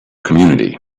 community